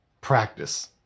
practice